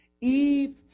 Eve